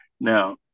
Now